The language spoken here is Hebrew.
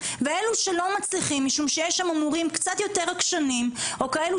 ואלה שלא מצליחים משום שיש שם מורים קצת יותר עקשנים או כאלה